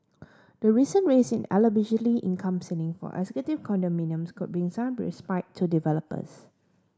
the recent raise in eligibility income ceiling for executive condominiums could bring some respite to developers